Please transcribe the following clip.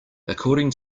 according